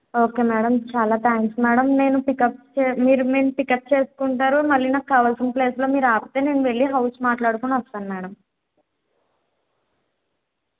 okay madam చాలా thanks madam నేను pickup చే మీరు నేను పికప్ చేసుకుంటారు మళ్ళి నాకు కావాల్సిన ప్లేస్లో మీరాపితే నేను వెళ్ళి హౌస్ మాట్లాడుకుని వస్తాను మేడం